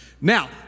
Now